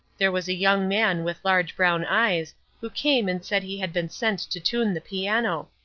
there was a young man with large brown eyes who came and said he had been sent to tune the piano.